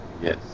yes